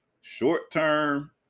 short-term